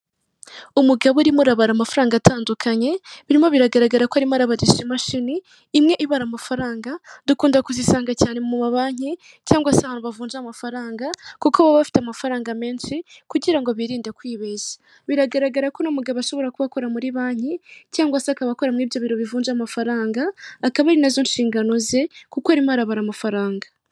Umugabo urimo urabara amafaranga atandukanye, birimo biragaragara ko arimo arabarisha imashini imwe ibara amafaranga, dukunda kuzisanga cyane mu mabanki, cyangwa se abantu bavunja amafaranga, kuko baba bafite amafaranga menshi kugira ngo birinde kwibeshya. Biragaragara ko unu mugabo ashobora kuba akora muri banki, cyangwa se akaba akora mu ibyo biro bivuja amafaranga, akaba ari nazo nshingano ze, kuko arimo arabara amafaranga.